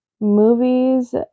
movies